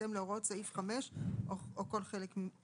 בהתאם להוראות סעיף 5 או כל חלק ממנו.